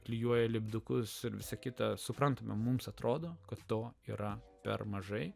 klijuoja lipdukus ir visą kitą suprantame mums atrodo kad to yra per mažai